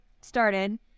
started